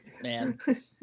man